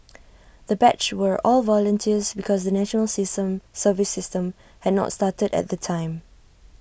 the batch were all volunteers because the national system service system had not started at the time